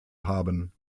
haben